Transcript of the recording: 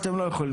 לא.